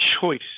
choice